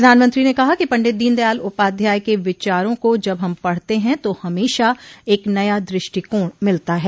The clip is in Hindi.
प्रधानमंत्री ने कहा कि पंडित दीनदयाल उपाध्याय के विचारों को जब हम पढ़ते हैं तो हमेशा एक नया दृष्टिकोण मिलता है